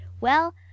Well